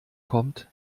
kommt